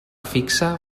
fixa